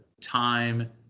time